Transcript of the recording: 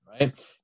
right